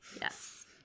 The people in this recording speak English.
Yes